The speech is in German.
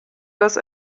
das